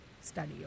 study